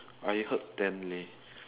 I heard ten leh